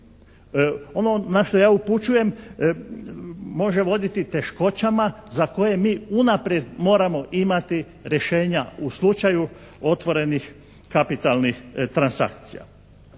Ono na što ja upućujem može voditi teškoćama za koje mi unaprijed moramo imati rješenja, u slučaju otvorenih kapitalnih transakcija.